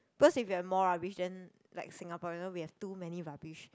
because if you have more rubbish then like Singaporean we have too many rubbish